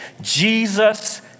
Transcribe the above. Jesus